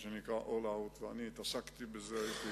אני התעסקתי בזה, הייתי